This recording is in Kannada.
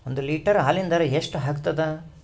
ಒಂದ್ ಲೀಟರ್ ಹಾಲಿನ ದರ ಎಷ್ಟ್ ಆಗತದ?